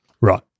Right